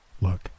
Look